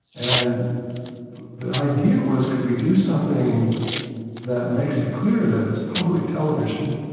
and the idea was could we do something that makes it clear that it's public television,